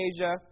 Asia